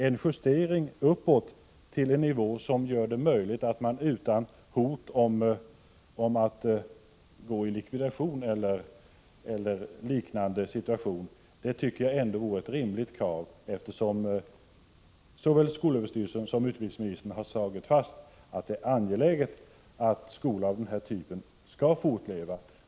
En justering uppåt till en nivå som gör det möjligt att arbeta utan hot om att behöva gå i likvidation — eller hamna i en liknande situation — anser jag vara ett rimligt krav, eftersom såväl skolöverstyrelsen som utbildningsministern har slagit fast att det är angeläget att skolor av den här typen skall fortleva.